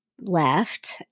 left